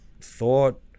thought